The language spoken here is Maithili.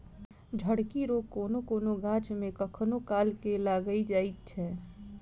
झड़की रोग कोनो कोनो गाछ मे कखनो काल के लाइग जाइत छै